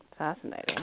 Fascinating